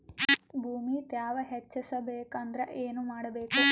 ಭೂಮಿ ತ್ಯಾವ ಹೆಚ್ಚೆಸಬೇಕಂದ್ರ ಏನು ಮಾಡ್ಬೇಕು?